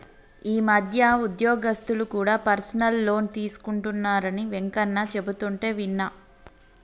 ఈ మధ్య ఉద్యోగస్తులు కూడా పర్సనల్ లోన్ తీసుకుంటున్నరని వెంకన్న చెబుతుంటే విన్నా